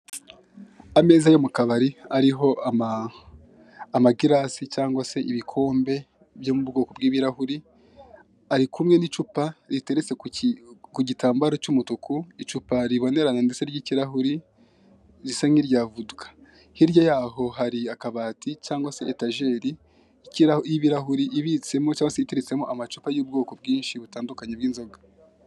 Ameza yo mukabari ariho ama amagirasi cyangwa se ibikombe byo mu bwoko bw'ibirahuri ariku n'icupa riteretse ku gitambaro cy'umutuku icupa riboneranya ndetse ry'ikirahuri risa nk'iryavoduka hirya y'aho hari akabati cyangwa se etageri y'ibirahuri ibitsemo cyangwa se iteriretsemo amacupa y'ubwoko bwinshi butandukanye bw'inzoga.